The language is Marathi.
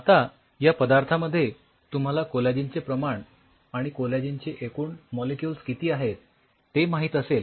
आता या पदार्थामध्ये तुम्हाला कोलॅजिनचे परिमाण आणि कोलॅजिनचे एकूण मॉलिक्युल्स किती आहेत ते माहित असेल